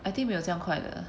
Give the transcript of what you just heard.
I think 没有这样快的